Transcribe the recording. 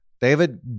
David